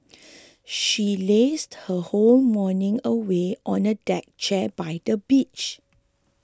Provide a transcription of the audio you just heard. she lazed her whole morning away on a deck chair by the beach